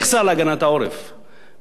מי שאחראים להגנת העורף בשעת חירום,